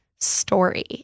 story